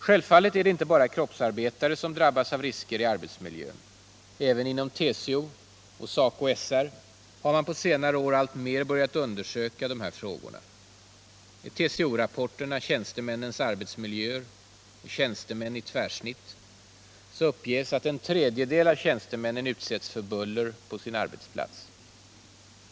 Självfallet är det inte bara kroppsarbetare som drabbas av risker i arbetsmiljön. Även inom TCO och SACO/SR har man på senare år alltmer börjat undersöka dessa frågor. I TCO-rapporterna ”Tjänstemännens arbetsmiljöer” och ”Tjänstemän i tvärsnitt” uppges att en tredjedel av tjänstemännen utsätts för buller på sin arbetsplats.